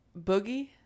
Boogie